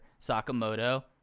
Sakamoto